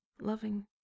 loving